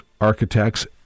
architects